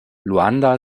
luanda